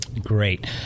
Great